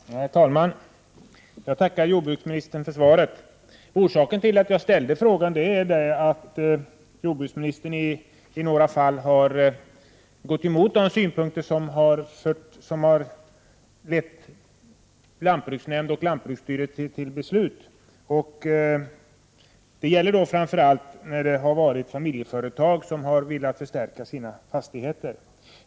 Herr talman! Jag tackar jordbruksministern för svaret. Orsaken till att jag ställde frågan är att jordbruksministern i några fall har gått emot de synpunkter som har lett lantbruksnämnd och lantbruksstyrelse till beslut. Det gäller framför allt i fall där familjeföretag har velat förstärka sina fastigheter.